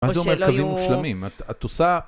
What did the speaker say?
מה זה אומר? קווים מושלמים, את עושה...